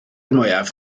mwyaf